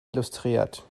illustriert